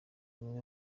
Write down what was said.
imwe